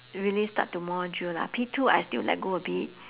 really start to more drill lah P two I still let go a bit